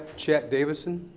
chet davidson.